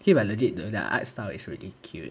actually but legit though the art style is really cute